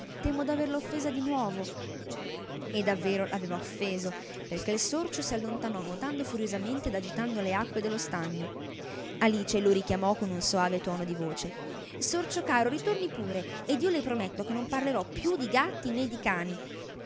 temo d'averla offesa di nuovo e davvero l'aveva offeso perchè il sorcio si allontanò nuotando furiosamente ed agitando le acque dello stagno alice lo richiamò con un soave tuono di voce sorcio caro ritorni pure ed io le prometto che non parlerò più di gatti nè di cani